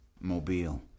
Mobile